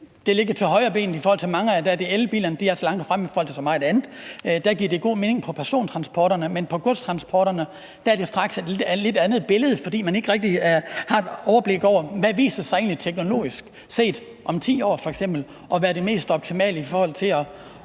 det ligger lige til højrebenet, i forhold til at mange af elbilerne er så langt fremme i forhold til så meget andet. Der giver det god mening på persontransport, men på godstransport er det straks et lidt andet billede, fordi man ikke rigtig har et overblik over, hvad der egentlig teknologisk set viser sig om f.eks 10 år, og hvad det mest optimale er i forhold til at